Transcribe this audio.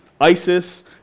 ISIS